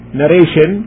narration